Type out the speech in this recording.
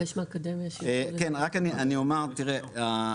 אני רק אומר, תראה,